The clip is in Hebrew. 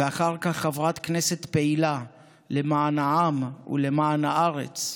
ואחר כך חברת כנסת פעילה למן העם ולמען הארץ,